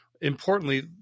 importantly